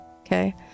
okay